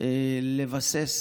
לבסס